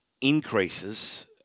increases